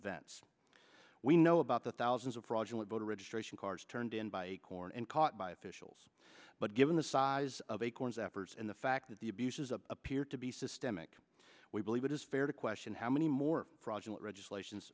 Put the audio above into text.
events we know about the thousands of fraudulent voter registration cards turned in by acorn and caught by officials but given the size of acorn's efforts and the fact that the abuses appear to be systemic we believe it is fair to question how many more fraudulent registration